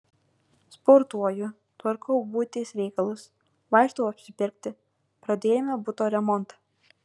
sportuoju tvarkau buities reikalus vaikštau apsipirkti pradėjome buto remontą